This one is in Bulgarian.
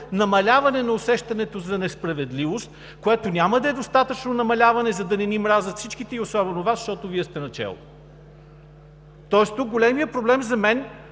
намаляване на усещането за несправедливост, което няма да е достатъчно намаляване, за да не ни мразят всичките, и особено Вас, защото Вие сте начело. Тоест тук големият проблем за мен